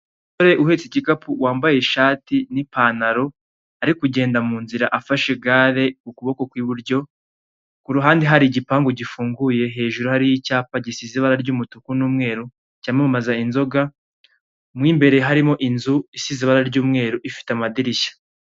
umusore uhetse igikapu wambaye ishati n'ipantaro ari kugenda munzira afashe igare m'ukuboko kw'iburyo kuruhande hari igapangu gifunguye hejuru hariho icyapa gisize ibara ry'umutuku n'umweru cyamamaza inzoga mw'imbere harimo inzu isize ibara ry'umweru ifite amadirishya